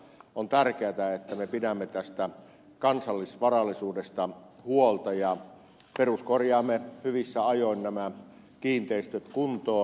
on tärkeää että pidämme tästä kansallisvarallisuudesta huolta ja peruskorjaamme hyvissä ajoin nämä kiinteistöt kuntoon